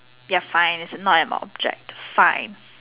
ya fine it's not an object fine